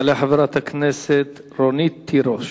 תעלה חברת הכנסת רונית תירוש.